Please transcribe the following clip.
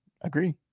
agree